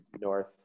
north